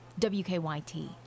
WKYT